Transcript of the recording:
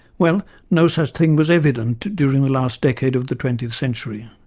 well, no such thing was evident during the last decade of the twentieth century.